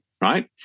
right